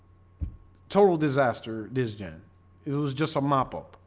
total disaster dis gen it was just a mop,